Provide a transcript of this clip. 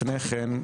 לפני כן,